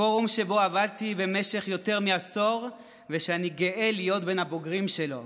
פורום שבו עבדתי במשך יותר מעשור ושאני גאה להיות בין הבוגרים שלו.